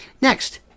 Next